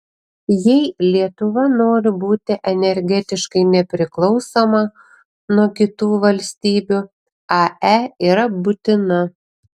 jei lietuva nori būti energetiškai nepriklausoma nuo kitų valstybių ae yra būtina